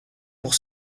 pour